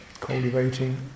cultivating